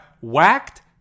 whacked